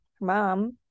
mom